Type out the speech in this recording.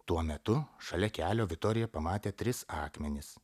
tuo metu šalia kelio vitorija pamatė tris akmenis